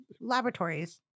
laboratories